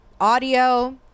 audio